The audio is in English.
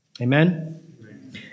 Amen